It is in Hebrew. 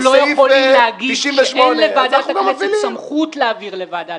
לא יכולים להגיד שאין לוועדת הכנסת סמכות להעביר לוועדה,